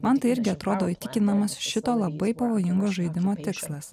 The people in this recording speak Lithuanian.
man tai irgi atrodo įtikinamas šito labai pavojingo žaidimo tikslas